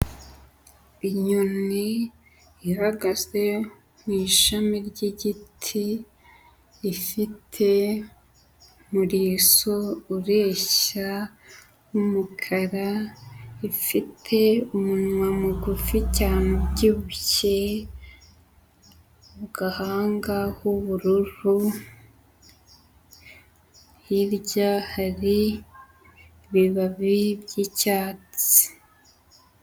Inyoni ihagaze mu ishami ry'igiti, ifite umurizo ureshya n'umukara, ifite umunwa mugufi cyane, ubyibushye, mu gahanga h'ubururu, hirya hari ibibabi by'icyatsi.